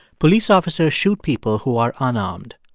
police officers shoot people who are unarmed.